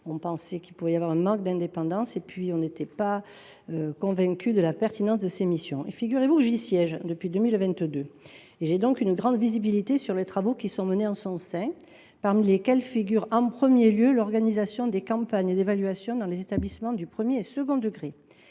: nous pointions un manque d’indépendance de cette instance et nous n’étions pas convaincus de la pertinence de ses missions. Figurez vous que j’y siège depuis 2022. J’ai donc acquis une grande visibilité sur les travaux qui sont menés en son sein, parmi lesquels figure, en premier lieu, l’organisation des campagnes d’évaluation dans les établissements des premier et second degrés.